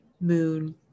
moon